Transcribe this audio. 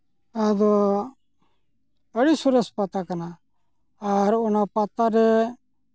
ᱟᱫᱚ ᱟᱹᱰᱤ ᱥᱚᱨᱮᱥ ᱯᱟᱛᱟ ᱠᱟᱱᱟ ᱟᱨ ᱚᱱᱟ ᱯᱟᱛᱟ ᱨᱮ